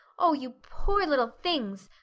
oh, you poor little things!